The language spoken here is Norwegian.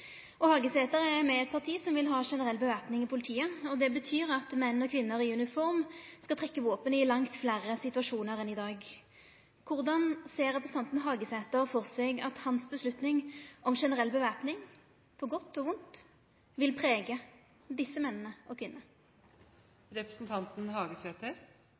vondt.» Hagesæter er med i eit parti som vil ha generell væpning i politiet. Det betyr at menn og kvinner i uniform skal trekka våpen i langt fleire situasjonar enn i dag. Korleis ser representanten Hagesæter for seg at hans avgjerd om generell væpning – på godt og vondt – vil prega desse mennene og